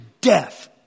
death